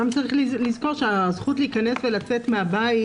גם צריך לזכור שהזכות להיכנס ולצאת מהבית,